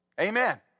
Amen